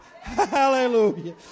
Hallelujah